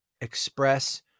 express